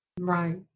Right